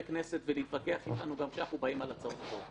הכנסת גם כשלא מסכימים אתך?